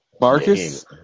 Marcus